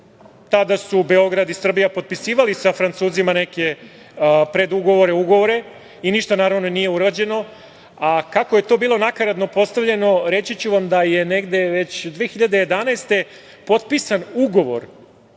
Tada su Beograd i Srbija potpisivali sa Francuzima neke predugovore, ugovore i ništa, naravno, nije urađeno. Kako je to bilo nakaradno postavljeno, reći ću vam da je negde već 2011. godine potpisan ugovor